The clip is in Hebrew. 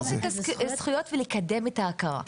התפקיד הוא לאכוף את הזכויות ולקדם את ההכרה,